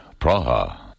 Praha